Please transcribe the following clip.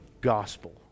gospel